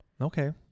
Okay